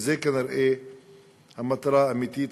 וזו כנראה המטרה האמיתית,